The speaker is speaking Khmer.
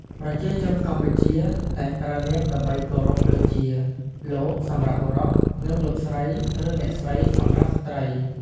ប្រជាជនកម្ពុជាតែងប្រើនាមដើម្បីគោរពដូចជា "លោក" សម្រាប់បុរស និង "លោកស្រី ឬអ្នកស្រី" សម្រាប់ស្ត្រី។